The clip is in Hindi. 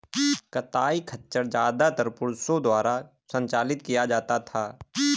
कताई खच्चर ज्यादातर पुरुषों द्वारा संचालित किया जाता था